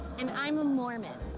and i'm a mormon.